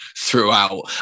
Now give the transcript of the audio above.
throughout